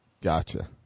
Gotcha